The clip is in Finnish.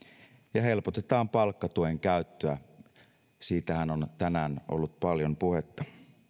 ja helpotetaan palkkatuen käyttöä siitähän on tänään ollut paljon puhetta